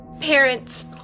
Parents